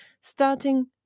starting